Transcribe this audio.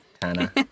Tana